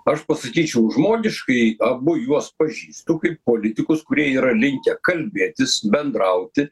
aš pasakyčiau žmogiškai abu juos pažįstu kaip politikus kurie yra linkę kalbėtis bendrauti